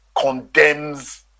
condemns